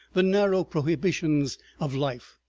the narrow prohibitions, of life,